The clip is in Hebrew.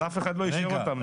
אבל אף אחד לא אישר אותם.